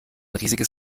riesiges